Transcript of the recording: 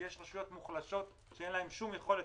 כי יש רשויות מוחלשות שאין להן שום יכולת.